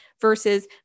Versus